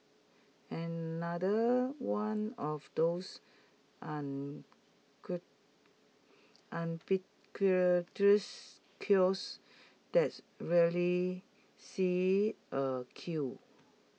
another one of those kiosks that rarely sees A queue